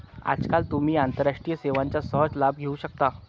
आजकाल तुम्ही आंतरराष्ट्रीय सेवांचा सहज लाभ घेऊ शकता